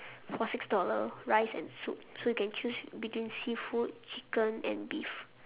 for six dollar rice and soup so you can choose between seafood chicken and beef